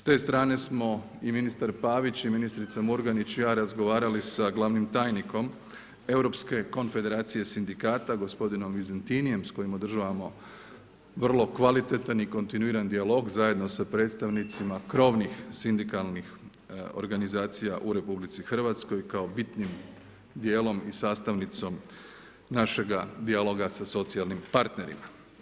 S te strane smo i ministar Pavić i ministrica Murganić i ja razgovarali sa glavnim tajnikom Europske konfederacije sindikata gospodinom Vizentinijem s kojim održavamo vrlo kvalitetan i kontinuiran dijalog zajedno sa predstavnicima krovnih sindikalnih organizacija u RH kao bitnim dijelom i sastavnicom našega dijaloga sa socijalnim partnerima.